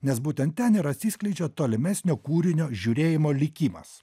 nes būtent ten ir atsiskleidžia tolimesnio kūrinio žiūrėjimo likimas